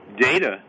data